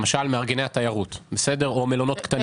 למשל מארגני התיירות או מלונות קטנים.